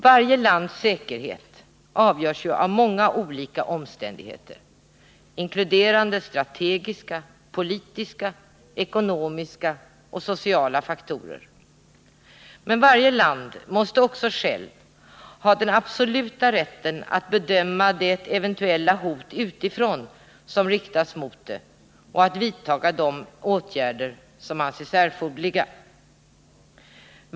Varje lands säkerhet avgörs av många olika omständigheter, inkluderande strategiska, politiska, ekonomiska och sociala faktorer. Men varje land måste också självt ha den absoluta rätten att bedöma det eventuella hot utifrån som riktas mot det och att vidta de åtgärder som anses erforderliga.